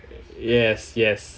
yes yes